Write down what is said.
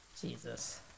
Jesus